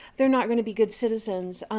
they're not going to be good citizens.